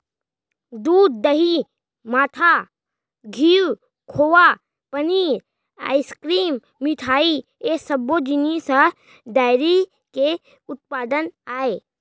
दूद, दही, मठा, घींव, खोवा, पनीर, आइसकिरिम, मिठई ए सब्बो जिनिस ह डेयरी के उत्पादन आय